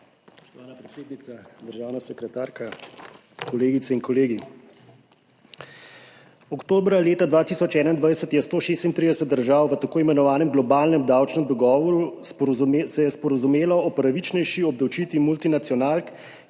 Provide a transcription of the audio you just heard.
Spoštovana predsednica, državna sekretarka, kolegice in kolegi! Oktobra leta 2021 se je 136 držav v tako imenovanem globalnem davčnem dogovoru sporazumelo o pravičnejši obdavčitvi multinacionalk,